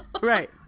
right